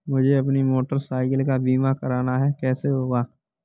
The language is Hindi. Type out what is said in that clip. मुझे अपनी मोटर साइकिल का बीमा करना है कैसे होगा?